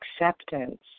acceptance